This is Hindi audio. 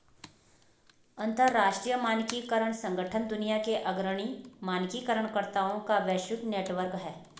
अंतर्राष्ट्रीय मानकीकरण संगठन दुनिया के अग्रणी मानकीकरण कर्ताओं का वैश्विक नेटवर्क है